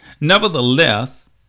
Nevertheless